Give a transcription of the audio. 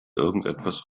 irgendwas